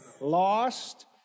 Lost